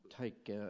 take